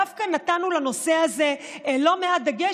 דווקא נתנו לנושא הזה לא מעט דגש,